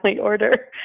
order